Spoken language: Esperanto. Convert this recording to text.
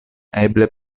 eble